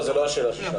זו לא השאלה ששאלתי.